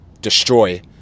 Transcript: destroy